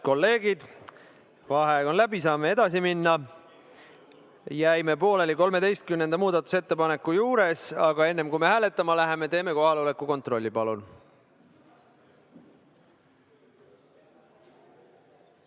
Head kolleegid, vaheaeg on läbi, saame edasi minna. Jäime pooleli 13. muudatusettepaneku juures. Aga enne, kui me hääletama läheme, teeme kohaloleku kontrolli, palun!